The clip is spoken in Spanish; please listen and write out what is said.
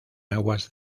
aguas